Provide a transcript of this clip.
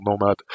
nomad